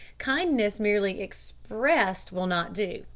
kindness merely expressed will not do,